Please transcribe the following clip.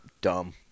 Dumb